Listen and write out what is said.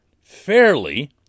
fairly